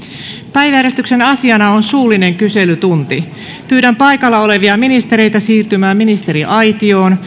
päiväjärjestyksen toisena asiana on suullinen kyselytunti pyydän paikalla olevia ministereitä siirtymään ministeriaitioon